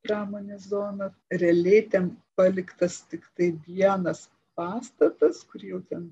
pramonės zoną realiai ten paliktas tiktai vienas pastatas kurį jau ten